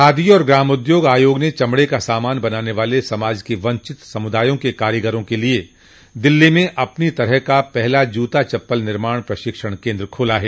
खादी और ग्रामोद्योग आयोग ने चमड़े का सामान बनाने वाले समाज के वंचित समुदायों के कारीगरों के लिए दिल्ली में अपनी तरह का पहला जूता चप्पल निर्माण प्रशिक्षण केन्द्र खोला है